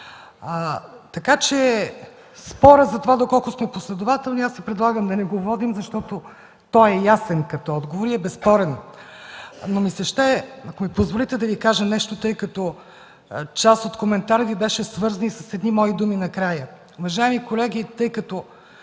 години. Спорът за това доколко сме последователни Ви предлагам да не го водим, защото той е ясен като отговор и е безспорен, но ми се ще, ако ми позволите, да Ви кажа нещо, тъй като част от коментара Ви беше свързан с едни мои думи накрая. Уважаеми колеги, тъй като